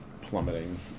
plummeting